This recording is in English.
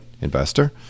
investor